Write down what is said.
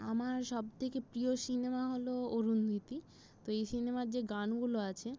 আমার সবথেকে প্রিয় সিনেমা হল অরুন্ধতী তো এই সিনেমার যে গানগুলো আছে